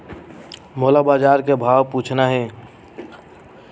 मोला बजार के भाव पूछना हे?